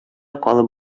калып